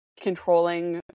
controlling